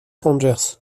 rangers